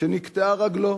שנקטעה רגלו,